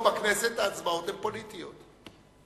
פה בכנסת ההצבעות הן פוליטיות.